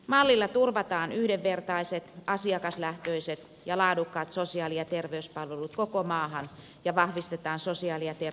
mallilla turvataan yhdenvertaiset asiakaslähtöiset ja laadukkaat sosiaali ja terveyspalvelut koko maahan ja vahvistetaan sosiaali ja terveydenhuollon peruspalveluja